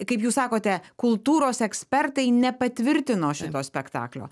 kaip jūs sakote kultūros ekspertai nepatvirtino šito spektaklio